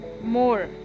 more